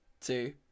two